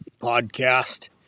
podcast